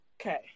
Okay